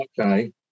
Okay